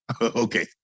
Okay